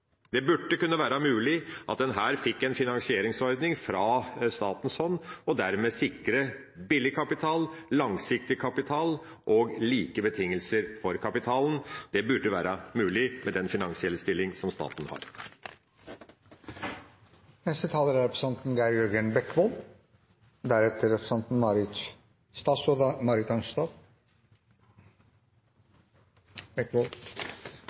Det burde her kunne være mulig at en fikk en finansieringsordning fra statens hånd og dermed sikret billig kapital, langsiktig kapital og like betingelser for kapitalen. Det burde være mulig med den finansielle stilling som staten har.